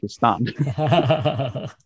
Pakistan